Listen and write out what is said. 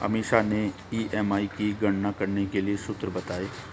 अमीषा ने ई.एम.आई की गणना करने के लिए सूत्र बताए